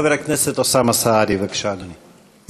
חבר הכנסת אוסאמה סעדי, בבקשה, אדוני.